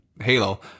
Halo